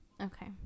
okay